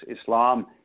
Islam